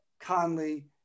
Conley